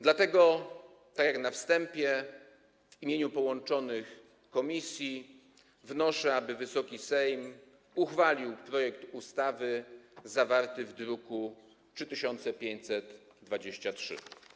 Dlatego, tak jak powiedziałem na wstępie, w imieniu połączonych komisji wnoszę, aby Wysoki Sejm uchwalił projekt ustawy zawarty w druku nr 3523.